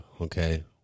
Okay